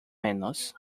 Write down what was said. menos